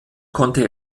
konnte